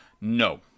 No